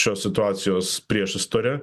šios situacijos priešistorę